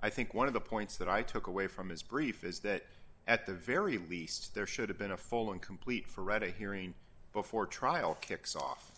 i think one of the points that i took away from his brief is that at the very least there should have been a full and complete forever hearing before trial kicks off